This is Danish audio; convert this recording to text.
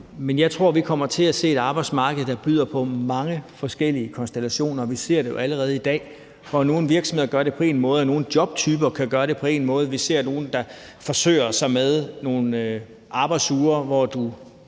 Jeg tror, vi kommer til at se et arbejdsmarked, der byder på mange forskellige konstellationer. Vi ser det jo allerede i dag, hvor nogle virksomheder gør det på én måde og nogle jobtyper kan gøre det på én måde. Vi ser nogle, der forsøger sig med nogle arbejdsuger, hvor du